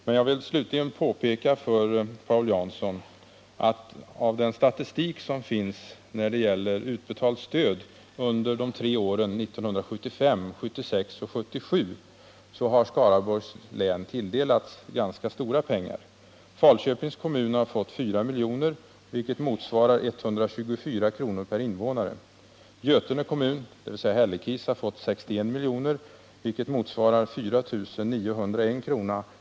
Slutligen vill jag påpeka för Paul Jansson att enligt statistiken om utbetalat stöd under 1975, 1976 och 1977 har Skaraborgs län tilldelats ganska mycket pengar. Falköpings kommun har fått 4 milj.kr., vilket motsvarar 124 kr. per invånare. Götene kommun =— dvs. Hällekis — har fått 61 milj.kr., vilket motsvarar 4901 kr.